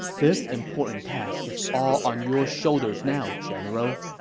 this important task is all on your shoulders now, general.